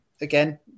again